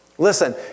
Listen